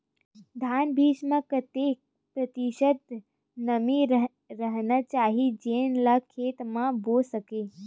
धान बीज म कतेक प्रतिशत नमी रहना चाही जेन ला खेत म बो सके?